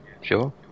sure